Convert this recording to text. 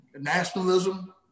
nationalism